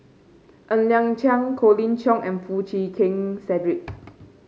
Ng Liang Chiang Colin Cheong and Foo Chee Keng Cedric